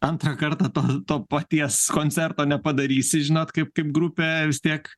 antrą kartą to to paties koncerto nepadarysi žinot kaip kaip grupė vis tiek